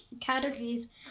categories